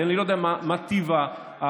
אני לא יודע מה טיב הבדיקה,